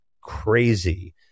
crazy